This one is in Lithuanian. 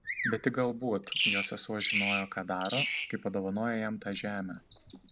galbūt bet tik galbūt jo sesuo žinojo ką daro kai padovanojo jam tą žemę